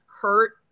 hurt